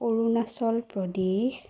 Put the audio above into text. Arunachal Pradesh